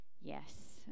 Yes